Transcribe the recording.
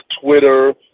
Twitter